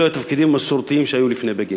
אלו היו התפקידים המסורתיים לפני בגין.